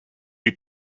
you